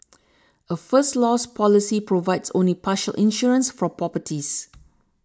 a First Loss policy provides only partial insurance for properties